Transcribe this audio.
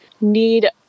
need